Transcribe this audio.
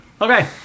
okay